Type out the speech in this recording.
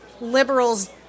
liberals